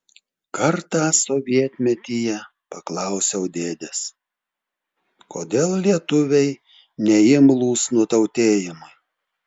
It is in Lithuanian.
kartą sovietmetyje paklausiau dėdės kodėl lietuviai neimlūs nutautėjimui